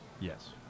Yes